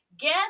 guess